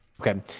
Okay